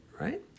right